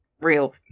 real